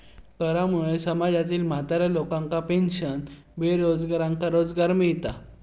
करामुळे समाजातील म्हाताऱ्या लोकांका पेन्शन, बेरोजगारांका रोजगार मिळता